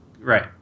Right